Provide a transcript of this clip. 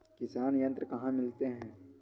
किसान यंत्र कहाँ मिलते हैं?